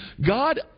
God